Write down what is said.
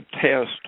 test